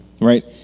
right